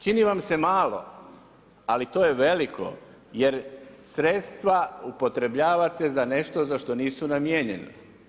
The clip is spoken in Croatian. Čini vam se malo ali to je veliko jer sredstva upotrjebljavate za nešto za što nisu namijenjena.